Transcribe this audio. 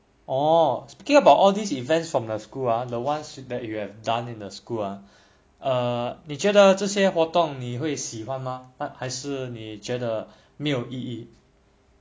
orh speaking about all these events from the school ah the [ones] that you have done in the school ah err 你觉得这些活动你会喜欢吗还是你觉得没有意义